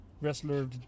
wrestler